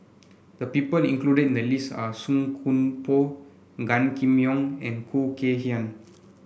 the people included in the list are Song Koon Poh Gan Kim Yong and Khoo Kay Hian